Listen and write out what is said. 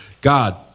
God